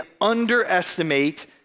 underestimate